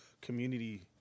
community